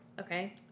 Okay